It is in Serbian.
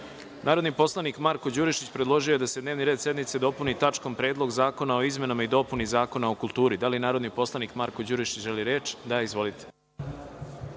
predlog. Narodni poslanik Marko Đurišić predložio je da se dnevni red sednice dopuni tačkom – Predlog zakona o izmenama i dopunama Zakona o kulturi. Da li narodni poslanik Marko Đurišić želi reč? (Da.)Izvolite.